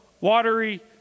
watery